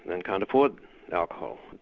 and can't afford alcohol.